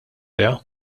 lejha